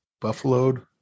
Buffaloed